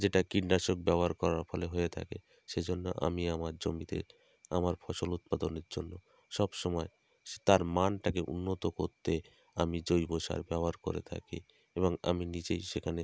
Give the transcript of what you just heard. যেটা কীটনাশক ব্যবহার করার ফলে হয়ে থাকে সেজন্য আমি আমার জমিতে আমার ফসল উৎপাদনের জন্য সবসময় তার মানটাকে উন্নত করতে আমি জৈব সার ব্যবহার করে থাকি এবং আমি নিজেই সেখানে